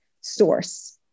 source